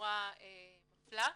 בצורה מפלה,